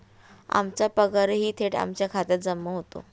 आमचा पगारही थेट आमच्या खात्यात जमा होतो